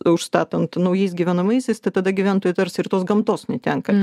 užstatant naujais gyvenamaisiais tai tada gyventojai tarsi ir tos gamtos netenka